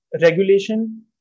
regulation